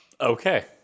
Okay